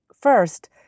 First